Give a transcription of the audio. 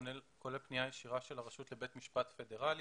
כולל פנייה ישירה של הרשות לבית משפט פדרלי